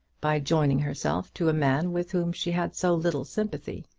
by joining herself to a man with whom she had so little sympathy,